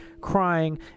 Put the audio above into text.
crying